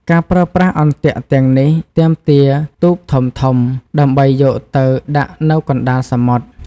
ការប្រើប្រាស់អន្ទាក់ទាំងនេះទាមទារទូកធំៗ ដើម្បីយកទៅដាក់នៅកណ្ដាលសមុទ្រ។